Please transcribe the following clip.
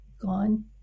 gone